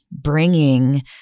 bringing